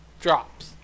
drops